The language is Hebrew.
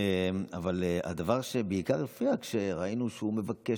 אבל הדבר שבעיקר הפריע היה כשראינו שהוא מבקש